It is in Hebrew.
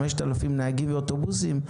5,000 נהגים ואוטובוסים,